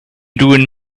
doing